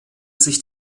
sich